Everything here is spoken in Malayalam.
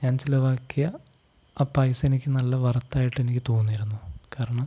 ഞാൻ ചിലവാക്കിയ ആ പൈസ എനിക്കു നല്ല വര്ത്തായിട്ട് എനിക്കു തോന്നിയിരുന്നു കാരണം